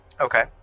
Okay